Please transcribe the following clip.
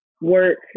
Work